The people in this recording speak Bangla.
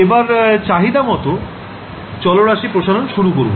এবার চাহিদামত চলরাশি প্রসারণ শুরু করবো